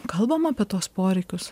kalbam apie tuos poreikius